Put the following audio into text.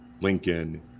lincoln